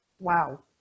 wow